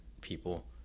people